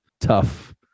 tough